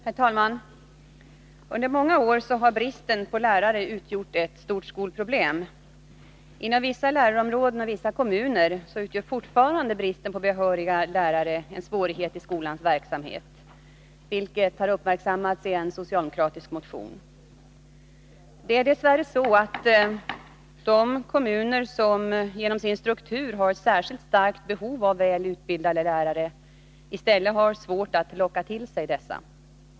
Herr talman! Under många år har bristen på lärare utgjort ett stort skolproblem. Inom vissa lärarområden och i vissa kommuner utgör fortfarande bristen på behöriga lärare en svårighet i skolans verksamhet, vilket har uppmärksammats i en socialdemokratisk motion. Dess värre har de kommuner som genom sin struktur har särskilt starka behov av väl utbildade lärare svårt att locka till sig dessa.